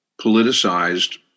politicized